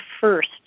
first